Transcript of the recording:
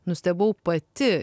nustebau pati